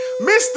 Mr